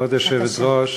כבוד השר,